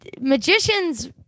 magicians